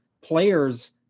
players